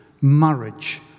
marriage